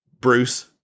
Bruce